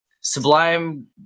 sublime